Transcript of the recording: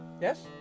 Yes